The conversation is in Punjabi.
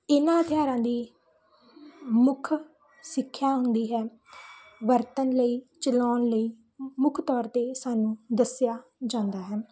ਇਹਨਾਂ ਹਥਿਆਰਾਂ ਦੀ ਮੁੱਖ ਸਿੱਖਿਆ ਹੁੰਦੀ ਹੈ ਵਰਤਣ ਲਈ ਚਲਾਉਣ ਲਈ ਮੁੱਖ ਤੌਰ 'ਤੇ ਸਾਨੂੰ ਦੱਸਿਆ ਜਾਂਦਾ ਹੈ